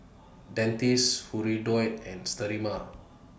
Dentiste Hirudoid and Sterimar